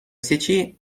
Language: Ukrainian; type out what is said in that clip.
січі